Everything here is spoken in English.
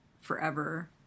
Forever